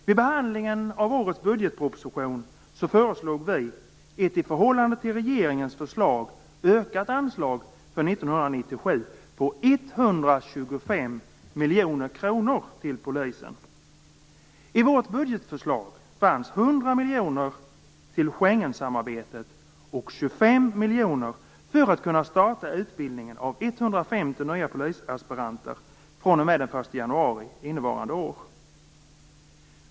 Vid behandlingen av årets budgetproposition föreslog vi ett i förhållande till regeringens förslag ökat anslag för 1997 på 125 miljoner kronor till polisen. I vårt budgetförslag fanns 100 miljoner till Schengensamarbetet och 25 miljoner för att kunna starta utbildningen av 150 nya polisaspiranter fr.o.m. den 1 januari innevarande år.